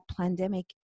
pandemic